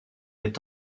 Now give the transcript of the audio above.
est